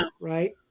right